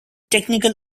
technical